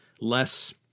less